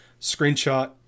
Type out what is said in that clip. screenshot